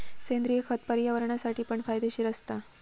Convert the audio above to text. सेंद्रिय खत पर्यावरणासाठी पण फायदेशीर असता